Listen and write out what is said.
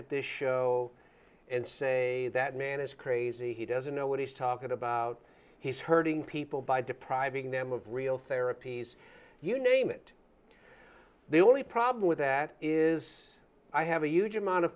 at this show and say that man is crazy he doesn't know what he's talking about he's hurting people by depriving them of real therapies you name it the only problem with that is i have a huge amount of